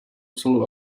celou